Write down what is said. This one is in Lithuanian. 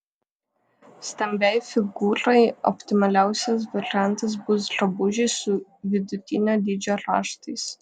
stambiai figūrai optimaliausias variantas bus drabužiai su vidutinio dydžio raštais